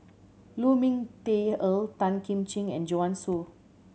Lu Ming Teh Earl Tan Kim Ching and Joanne Soo